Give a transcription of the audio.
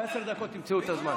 בעשר דקות תמצאו את הזמן.